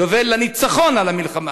יובל לניצחון במלחמה,